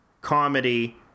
comedy